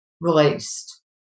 released